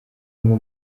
ngo